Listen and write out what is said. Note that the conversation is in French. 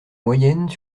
moyennes